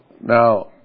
Now